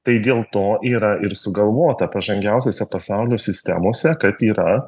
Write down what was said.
tai dėl to yra ir sugalvota pažangiausiose pasaulio sistemose kad yra